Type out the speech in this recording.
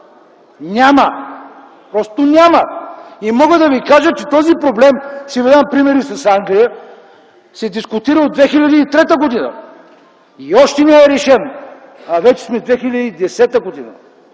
Няма! Просто няма! Мога да ви кажа, че този проблем – ще ви дам пример и с Англия, се дискутира от 2003 г. и още не е решен, а вече сме 2010 г.